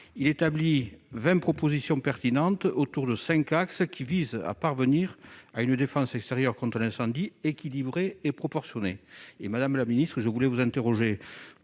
énonce vingt propositions pertinentes, qui, autour de cinq axes, visent à parvenir à une défense extérieure contre l'incendie équilibrée et proportionnée.